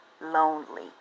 Lonely